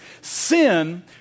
sin